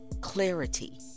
clarity